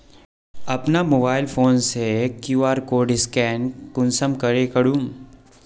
अपना मोबाईल से अपना कियु.आर कोड स्कैन कुंसम करे करूम?